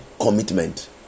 commitment